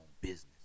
business